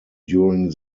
during